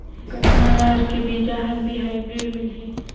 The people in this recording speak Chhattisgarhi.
कतना रहर के बीजा हर भी हाईब्रिड मिलही?